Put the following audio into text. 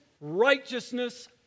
righteousness